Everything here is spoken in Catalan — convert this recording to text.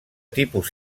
tipus